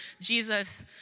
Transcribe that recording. Jesus